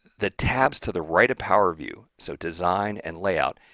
the tabs to the right of power view, so design and layout,